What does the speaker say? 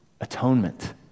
atonement